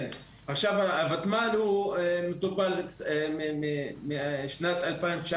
אז, הוותמ"ל מטופל משנת 2019,